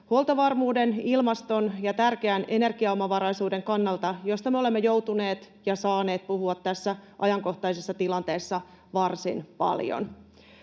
huoltovarmuuden, ilmaston ja tärkeän energiaomavaraisuuden kannalta, josta me olemme joutuneet ja saaneet puhua tässä ajankohtaisessa tilanteessa varsin paljon.